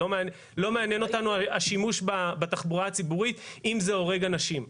לא מעניין אותנו השימוש בתחבורה הציבורית אם זה הורג אנשים.